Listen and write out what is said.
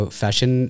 fashion